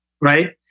right